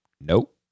nope